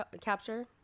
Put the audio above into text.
capture